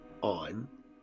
on